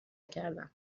کردم